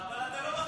אבל אתה לא מכניס,